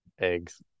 Eggs